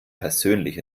persönlich